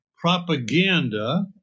propaganda